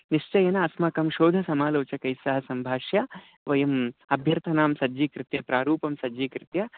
निश्चयेन अस्माकं शोधसमालोचकैस्सह सम्भाष्य वयम् अभ्यर्थनां सज्जीकृत्य प्रारूपं सज्जीकृत्य